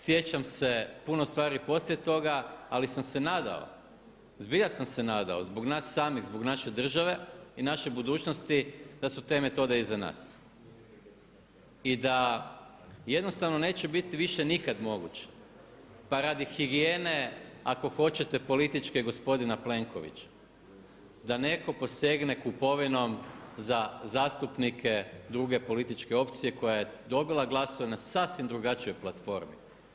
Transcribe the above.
Sjećam se puno stvari poslije toga, ali sam se nadao, zbilja sam se nadao, zbog nas samih, zbog naše države i naše budućnosti da su te metode iza nas i da jednostavno neće biti više nikada moguće, pa radi higijene ako hoćete političke gospodina Plenkovića da neko posegne kupovinom za zastupnike druge političke opcije koja je dobila glasove na sasvim drugačijoj platformi.